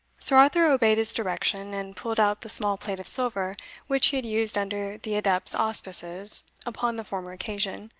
sir arthur obeyed his direction, and pulled out the small plate of silver which he had used under the adept's auspices upon the former occasion.